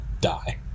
die